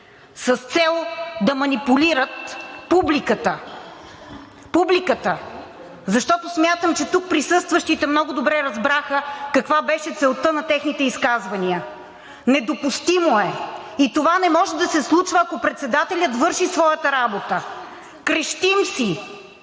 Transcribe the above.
с цел да манипулират публиката, защото смятам, че тук присъстващите много добре разбраха каква беше целта на техните изказвания. Недопустимо е и това не може да се случва, ако председателят върши своята работа. Крещим си,